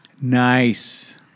Nice